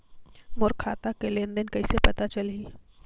मोर खाता के लेन देन कइसे पता चलही?